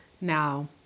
Now